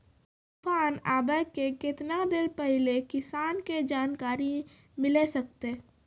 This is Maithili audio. तूफान आबय के केतना देर पहिले किसान के जानकारी मिले सकते?